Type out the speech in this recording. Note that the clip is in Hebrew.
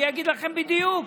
אני אגיד לכם בדיוק.